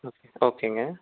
okay ஓகேங்க